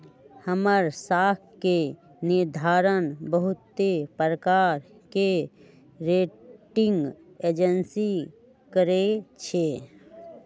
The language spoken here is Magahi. हमर साख के निर्धारण बहुते प्रकार के रेटिंग एजेंसी करइ छै